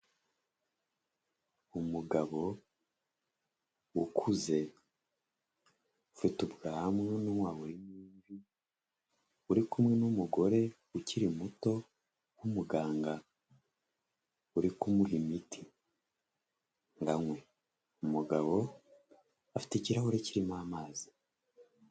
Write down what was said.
Umugabo ukuze ufitete ubwanwa burimo imvi, ari kumwe n'umugore ukiri muto nk'umuganga uri kumuha imiti ngo anywe, umugabo afite ikirahure kirimo amazi.